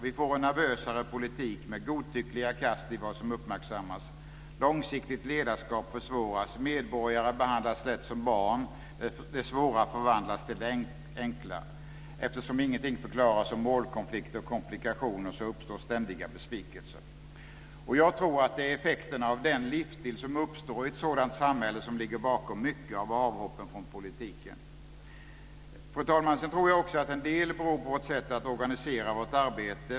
Vi får en nervösare politik med godtyckliga kast i vad som uppmärksammas. Långsiktigt ledarskap försvåras. Medborgare behandlas lätt som barn. Det svåra förvandlas till det enkla. Eftersom ingenting förklaras om målkonflikter och komplikationer uppstår ständiga besvikelser. Jag tror att det är effekten av den livsstil som uppstår i ett sådant samhälle som ligger bakom mycket av avhoppen från politiken. Fru talman! Sedan tror jag också att en del beror på vårt sätt att organisera vårt arbete.